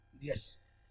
Yes